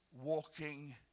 walking